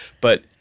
But-